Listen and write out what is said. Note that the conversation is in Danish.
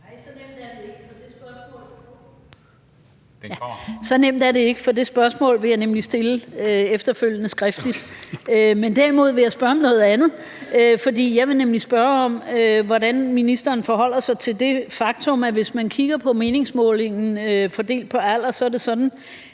Nej, så nemt er det ikke, for det spørgsmål vil jeg nemlig stille efterfølgende skriftligt. Men derimod vil jeg spørge om noget andet. Jeg vil nemlig spørge, hvordan ministeren forholder sig til det faktum, at hvis man kigger på meningsmålingen fordelt på alder, er det sådan,